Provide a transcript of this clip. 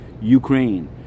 Ukraine